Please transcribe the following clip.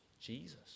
Jesus